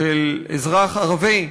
של אזרח ערבי,